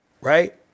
right